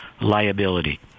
liability